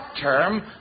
term